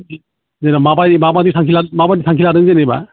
जेनेबा माबायदि माबायदि थांखि माबायदि थांखि लादों जेनेबा